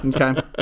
okay